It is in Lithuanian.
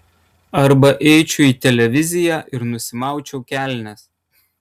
arba eičiau į televiziją ir nusimaučiau kelnes